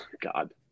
God